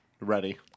ready